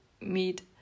meet